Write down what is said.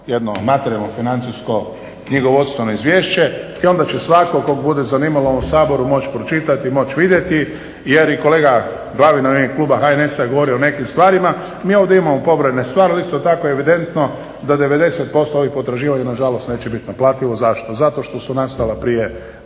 jedno materijalno-financijsko-knjigovodstveno izvješće i onda će svatko kog bude zanimalo u Saboru moći pročitati i moći vidjeti jer i kolega Glavina u ime kluba HNS-a govorio o nekim stvarima. Mi ovdje imamo pobrojene stvari, ali isto tako je evidentno da 90% ovih potraživanja nažalost neće bit naplativo. Zašto, zato što su nastala prije